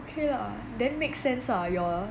okay lah then make sense lah your